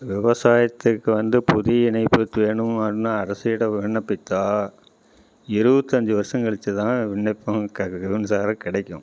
விவசாயத்துக்கு வந்து புதிய இணைப்பு வேணும்னு அரசிடம் விண்ணப்பித்தால் இருபத்தஞ்சி வருடம் கழித்துதான் விண்ணப்பம் மின்சாரம் கிடைக்கும்